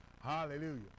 Hallelujah